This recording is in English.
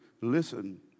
listen